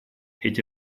эти